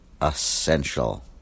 essential